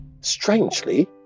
strangely